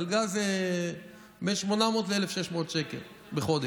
מלגה זה מ-800 ל-1,600 שקל בחודש.